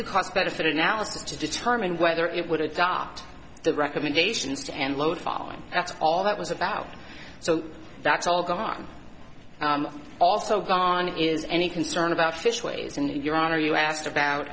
the cost benefit analysis to determine whether it would adopt the recommendations to end load falling that's all that was about so that's all gone also gone is any concern about fish ways and your honor you asked about